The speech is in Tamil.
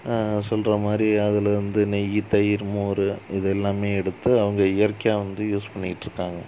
சொல்கிற மாதிரி அதில் இருந்து நெய் தயிர் மோர் இது எல்லாமே எடுத்து அவங்க இயற்கையாக வந்து யூஸ் பண்ணிகிட்ருக்காங்க